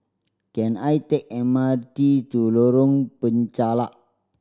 can I take M R T to Lorong Penchalak